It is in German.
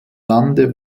lande